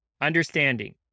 Understanding